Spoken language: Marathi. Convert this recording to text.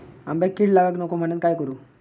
आंब्यक कीड लागाक नको म्हनान काय करू?